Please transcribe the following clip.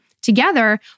together